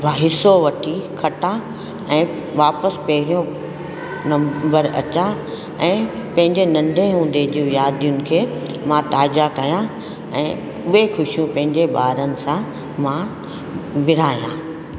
हिसो वठी खटा ऐं वापसि पहिरियों नम्बर अचा ऐं पंहिंजे नंढे हूंदे जूं यादियुनि खे मां ताज़ा कयां ऐं उहे ख़ुशियूं पंहिंजे ॿारनि सां मां विरिहायां